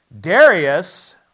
Darius